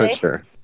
sure